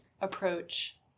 approach